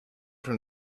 from